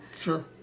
sure